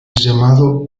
llamado